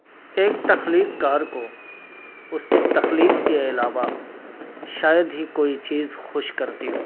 ایک تخلیق کار کو اس کے تخلیق کے علاوہ شاید ہی کوئی چیز خوش کرتی ہو